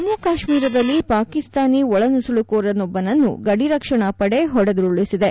ಜಮ್ಮು ಕಶ್ನೀರದಲ್ಲಿ ಪಾಕಿಸ್ತಾನಿ ನುಸುಳುಕೋರನೊಬ್ಬನನ್ನು ಗಡಿರಕ್ಷಣಾ ಪಡೆ ಹೊಡೆದುರುಳಿಬಿದೆ